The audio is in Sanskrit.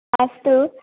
अस्तु